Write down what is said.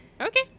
Okay